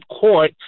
court